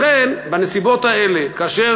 לכן, בנסיבות האלה, כאשר